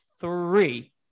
three